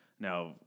Now